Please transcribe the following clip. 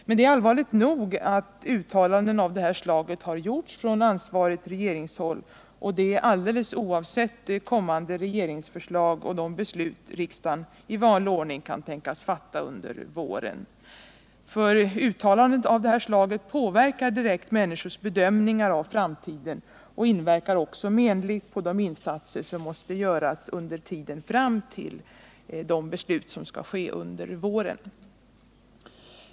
Men det är allvarligt nog att uttalanden av det här slaget har gjorts från ansvarigt regeringshåll och det alldeles oavsett kommande regeringsförslag och de beslut riksdagen i vanlig ordning kan tänkas fatta under våren. För uttalanden av det här slaget påverkar direkt människors bedömningar av framtiden och inverkar också menligt på de insatser som måste göras under tiden fram till de beslut som skall ske under våren.